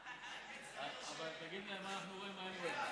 רק תגיד להם מה אנחנו רואים מעבר.